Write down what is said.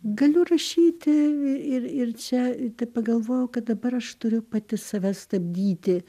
galiu rašyti ir ir čia tai pagalvojau kad dabar aš turiu pati save stabdyti